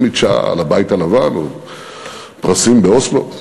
תהיה מדשאה של הבית הלבן או פרסים באוסלו.